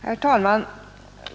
Herr talman!